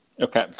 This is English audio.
Okay